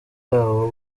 babo